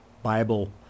Bible